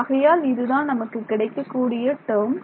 ஆகையால் இதுதான் நமக்கு கிடைக்கக்கூடிய டேர்ம்